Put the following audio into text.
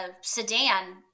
sedan